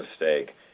mistake